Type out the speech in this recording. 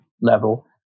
level